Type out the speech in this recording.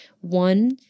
One